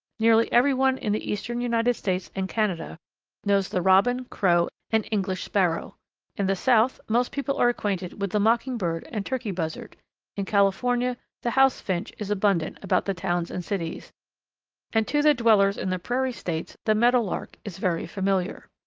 nearly every one in the eastern united states and canada knows the robin, crow, and english sparrow in the south most people are acquainted with the mockingbird and turkey buzzard in california the house finch is abundant about the towns and cities and to the dwellers in the prairie states the meadowlark is very familiar.